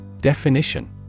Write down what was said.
Definition